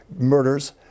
murders